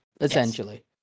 Essentially